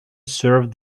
served